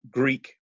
greek